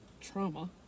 trauma